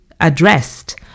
addressed